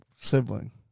sibling